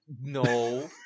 No